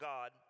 God